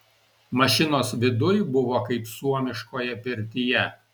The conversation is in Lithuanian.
mašinos viduj buvo kaip suomiškoje pirtyje